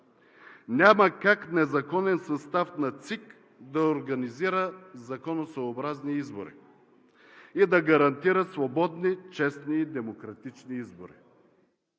Няма как незаконен състав на ЦИК да организира законосъобразни избори и да гарантира свободни, честни и демократични избори.